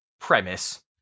premise